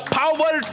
power